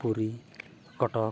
ᱯᱩᱨᱤ ᱠᱚᱴᱚᱠ